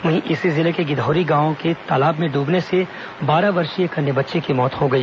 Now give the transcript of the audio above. वहीं इसी जिले के गिधौरी गांव के तालाब में डूबने से बारह वर्षीय एक अन्य बच्चे की मौत हो गई